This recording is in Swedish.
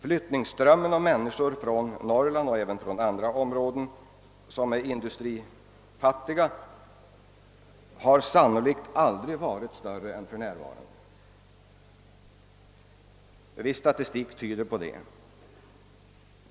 = Flyttningsströmmen av människor från Norrland, och även från andra områden som är industrifatliga, har sannolikt aldrig varit större än för närvarande; viss statistik tyder på det.